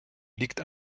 liegt